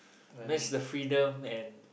miss the freedom and